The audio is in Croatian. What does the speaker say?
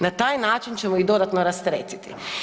Na taj način ćemo ih dodatno rasteretiti.